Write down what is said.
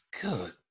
Good